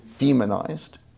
Demonized